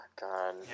God